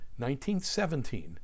1917